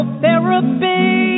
therapy